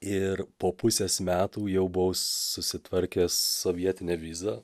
ir po pusės metų jau buvau susitvarkęs sovietinę vizą